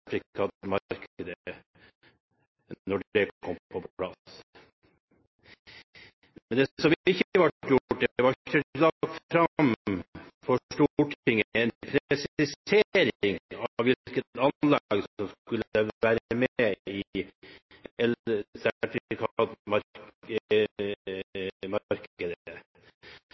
når det kom på plass. Men det ble ikke lagt fram for Stortinget en presisering av hvilke anlegg som skulle være med i